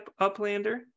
uplander